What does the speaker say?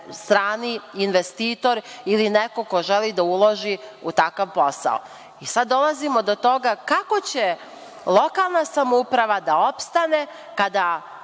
strani investitor ili neko ko želi da uloži u takav posao. Sada dolazimo do toga – kako će lokalna samouprava da opstane kada